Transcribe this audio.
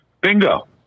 Bingo